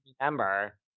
remember